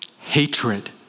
hatred